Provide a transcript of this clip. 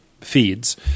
feeds